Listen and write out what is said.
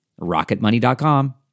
rocketmoney.com